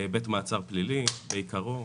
בית מעצר פלילי בעיקרו.